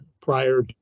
prior